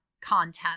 content